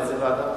איזו ועדה?